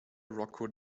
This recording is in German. rocco